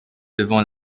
devant